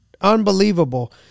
Unbelievable